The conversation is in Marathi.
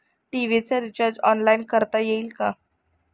टी.व्ही चे रिर्चाज ऑनलाइन करता येईल का?